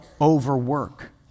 overwork